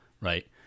right